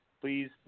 Please